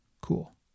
cool